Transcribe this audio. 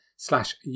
Slash